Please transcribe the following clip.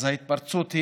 אז ההתפרצות,